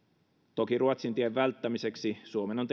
toki ruotsin tien välttämiseksi suomen on